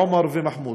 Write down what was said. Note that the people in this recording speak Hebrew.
עומר ומחמוד.